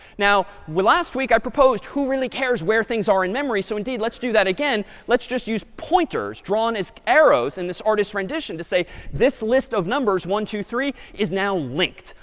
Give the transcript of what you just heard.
now, we last week i proposed who really cares where things are in memory? so indeed, let's do that again. let's just use pointers drawn as arrows in this artist's rendition to say this list of numbers one two, three, is now linked.